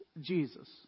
Jesus